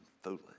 foolish